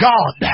God